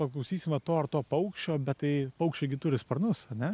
paklausysim va to ar to paukščio bet tai paukščiai gi turi sparnus ane